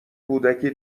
کودکی